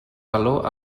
valor